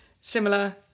similar